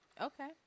okay